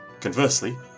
Conversely